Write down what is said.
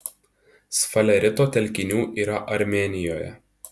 sfalerito telkinių yra armėnijoje